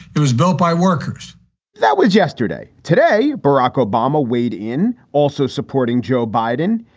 it was built by workers that was yesterday. today, barack obama weighed in, also supporting joe biden.